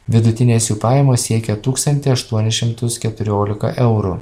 vidutinės jų pajamos siekia tūkstantį aštuonis šimtus keturiolika eurų